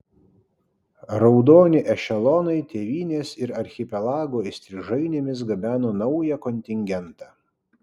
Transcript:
raudoni ešelonai tėvynės ir archipelago įstrižainėmis gabeno naują kontingentą